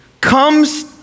comes